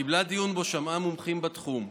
קיימה בו דיון ושמעה מומחים בתחום.